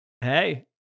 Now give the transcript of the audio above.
Hey